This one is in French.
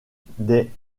des